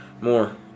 more